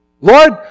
Lord